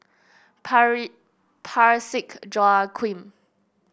Pare Parsick Joaquim